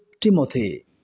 Timothy